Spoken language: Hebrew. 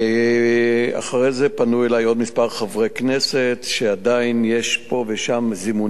אחרי זה פנו אלי עוד כמה חברי כנסת שעדיין יש פה ושם זימונים.